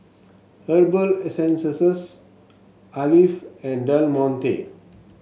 Herbal Essences Alf and Del Monte